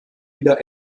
wieder